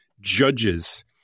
judges